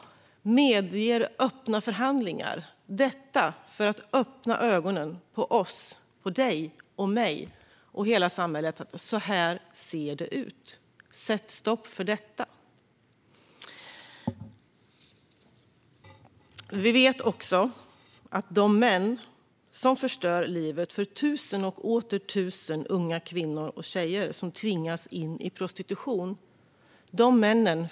Det medger öppna förhandlingar, och detta öppnar ögonen på oss - på dig, på mig och på hela samhället - för att det ser ut så här. Man säger: Sätt stopp för detta! Vi vet också att vi har problem att sätta fast de män - för det är allra oftast män - som förstör livet för tusen och åter tusen unga kvinnor och tjejer som tvingas in i prostitution.